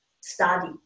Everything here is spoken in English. study